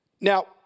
Now